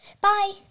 Bye